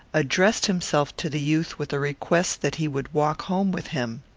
addressed himself to the youth with a request that he would walk home with him.